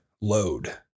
load